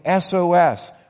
SOS